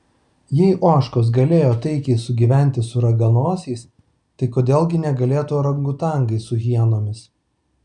jei ožkos galėjo taikiai sugyventi su raganosiais tai kodėl gi negalėtų orangutangai su hienomis